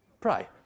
Pray